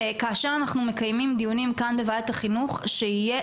כאשר אנחנו מקיימים דיונים כאן בוועדת החינוך שיהיה